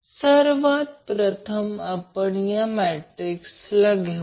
सर्वात प्रथम आपण या मॅट्रिकची घेऊया